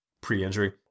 pre-injury